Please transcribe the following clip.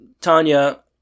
Tanya